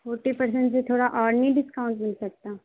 forty percent سے ٹھوڑا اور نہیں ڈسکاؤنٹ مل سکتا